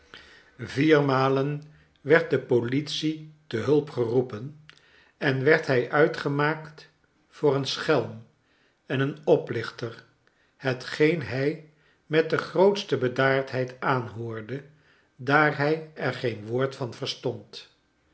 vier malen werd de politic te hulp geroepen en werd hij uitgemaakt voor een schelm en een oplichter hetgeen hij met de grootste bedaardheid aanhoorde daar hij er geen woord van verstond